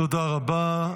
תודה רבה.